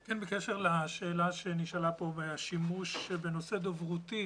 כן, בקשר לשאלה שנשאלה פה והשימוש בנושא דוברותי